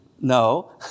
No